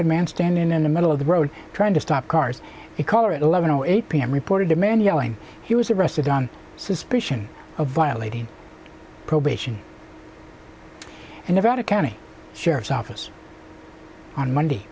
n man standing in the middle of the road trying to stop cars the caller at eleven o eight p m reported the man yelling he was arrested on suspicion of violating probation and out of county sheriff's office on monday